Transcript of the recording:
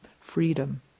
freedom